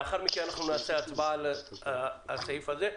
לאחר מכן נקיים הצבעה על הסעיף הזה,